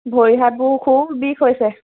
ভৰি হাতবোৰ খুব বিষ হৈছে